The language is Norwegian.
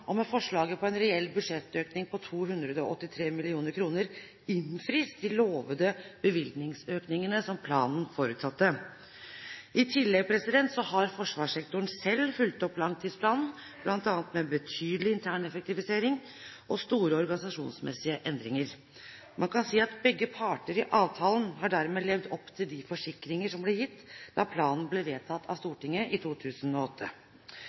og med forslaget på en reell budsjettøkning på 283 mill. kr innfris de lovede bevilgningsøkningene som planen forutsatte. I tillegg har forsvarssektoren selv fulgt opp langtidsplanen, bl.a. med betydelig intern effektivisering og store organisasjonsmessige endringer. Man kan si at begge parter i avtalen dermed har levd opp til de forsikringer som ble gitt da planen ble vedtatt av Stortinget i 2008.